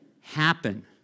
happen